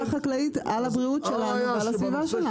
החקלאית על הבריאות שלנו ועל הסביבה שלנו.